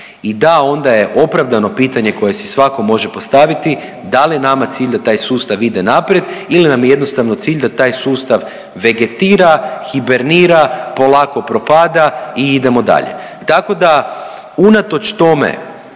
I da onda je opravdano pitanje koje si svako može postaviti, da li je nama cilj da taj sustav ide naprijed ili nam je jednostavno cilj da taj sustav vegetira, hibernira, polako propada i idemo dalje. Tako da unatoč tome